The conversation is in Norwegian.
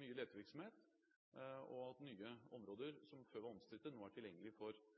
mye letevirksomhet, og at nye områder som før var omstridte, nå er tilgjengelige for